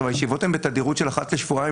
הישיבות הן בתדירות של אחת לשבועיים